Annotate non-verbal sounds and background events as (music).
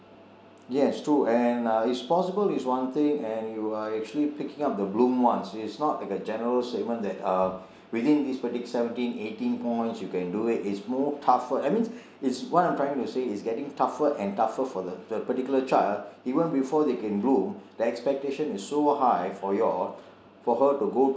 yes true and uh is possible is one thing and you are actually picking up the bloomed ones it is not like a general statement that uh (breath) within this seventeen eighteen points you can do it is more tougher I mean it is what I am trying to say is getting tougher and tougher for th~ the particular child (breath) even before they can bloom the expectation is so high for you all for her to go to